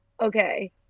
Okay